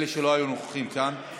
אלה שלא היו נוכחים כאן.